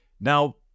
Now